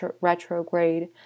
retrograde